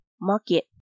market